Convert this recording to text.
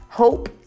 Hope